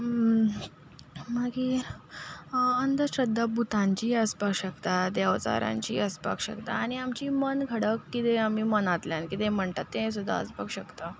मागीर अंधश्रध्दा भुतांचीय आसपाक शकता देवचारांचीय आसपाक शकता आनी आमची मन घडप कितें आमी मनांतल्यान कितें म्हणटात तें सुद्दां आसपाक शकता